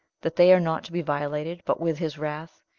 that they are not to be violated but with his wrath?